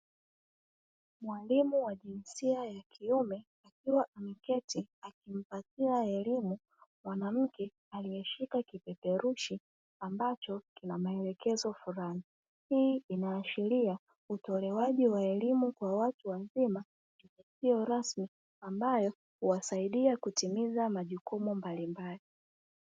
Mwalimu wa jinsia ya kiume akiwa ameketi akimpatia elimu mwanamke aliyeshika kipeperushi ambacho kina maelekezo fulani. Hii inaashiria utolewaji wa elimu kwa watu wazima usio rasmi ambao huwasaidia kutimiza majukumu mbalimbali.